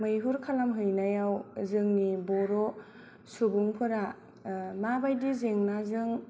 मैहुर खालामहैनायाव जोंनि बर' सुबुंफोरा माबादि जेंनाजों